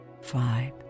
five